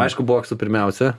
aišku boksu pirmiausia